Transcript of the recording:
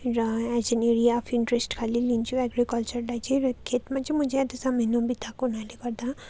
र as an area of interest खालि लिन्छु एग्रिकल्चरलाई चाहिँ र खेतमा चाहिँ म ज्यादा समय नबिताएको हुनाले गर्दा